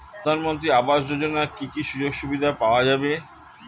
প্রধানমন্ত্রী আবাস যোজনা কি কি সুযোগ সুবিধা পাওয়া যাবে?